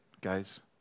guys